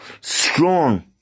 strong